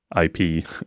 IP